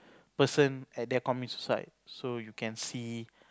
person at there commit suicide so you can see